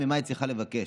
ממי היא צריכה לבקש: